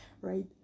right